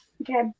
Okay